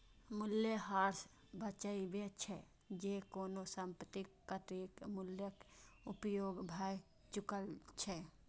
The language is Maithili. मूल्यह्रास बतबै छै, जे कोनो संपत्तिक कतेक मूल्यक उपयोग भए चुकल छै